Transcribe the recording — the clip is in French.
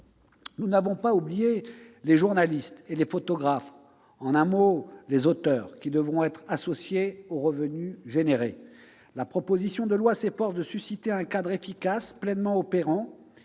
Nous n'avons pas oublié les journalistes et les photographes, en un mot les auteurs, qui devront être associés aux revenus générés. La proposition de loi s'efforce de créer un cadre efficace et pleinement opérant.